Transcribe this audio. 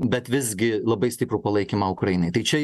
bet visgi labai stiprų palaikymą ukrainai tai čia